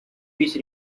which